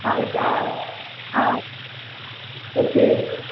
நாளைக்கா ஆ ஓகே